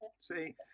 See